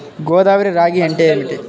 గోదావరి రాగి అంటే ఏమిటి?